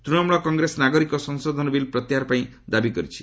ତୃଣମୂଳ Congress ନାଗରିକ ସଂଶୋଧନ bill ପ୍ରତ୍ୟାହାର ପାଇଁ ଦାବି କରିଛି